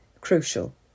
crucial